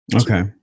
Okay